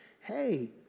hey